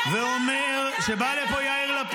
אתה רוצה --- לא ----- בא לפה יאיר לפיד